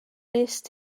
wnest